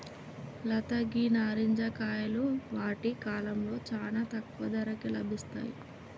లత గీ నారింజ కాయలు వాటి కాలంలో చానా తక్కువ ధరకే లభిస్తాయి